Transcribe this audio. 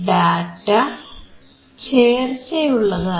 data ചേർച്ചയുള്ളതായിരുന്നു